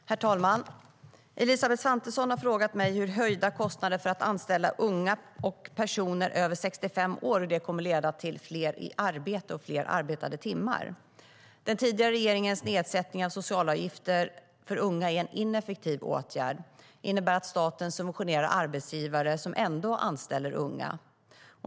Herr talman! Elisabeth Svantesson har frågat mig hur höjda kostnader för att anställa unga och personer över 65 år kommer att leda till fler i arbete och fler arbetade timmar. Den tidigare regeringens nedsättning av sociala avgifter för unga är en ineffektiv åtgärd. Den innebär att staten subventionerar arbetsgivare som ändå anställer unga.